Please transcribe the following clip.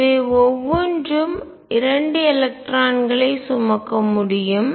இவை ஒவ்வொன்றும் 2 எலக்ட்ரான்களை சுமக்க முடியும்